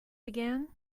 began